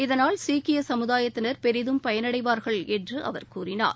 இதனால் சீக்கிய சமூதாயத்தினர் பெரிதும் பயனடைவார்கள் என்று அவர் கூறினார்